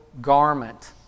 garment